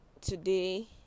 today